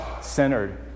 centered